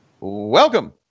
Welcome